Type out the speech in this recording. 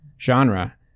genre